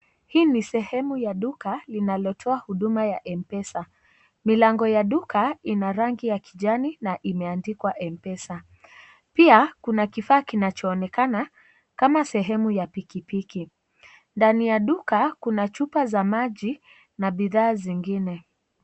Hii ni sehemu ya duka, linalotoa huduma za Mpesa. Milango ya duka, ina rangi ya kijani na imeandikwa Mpesa. Pia, kuna kifaa kinachoonekana kama sehemu ya pikipiki. Ndani ya duka, kuna chupa za maji na bidhaa zingine.